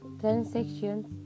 transactions